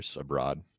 abroad